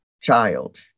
child